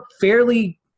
fairly